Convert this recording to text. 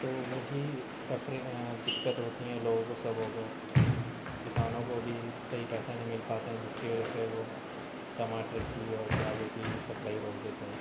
تو وہی سفر دقت ہوتی ہیں لوگوں کو سبھوں کو کسانوں کو بھی صحیح پیسے نہیں مل پاتے ہیں جس کی وجہ سے وہ ٹماٹر کی اور پیازوں کی سپلائی روک دیتے ہیں